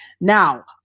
Now